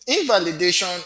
invalidation